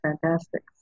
fantastic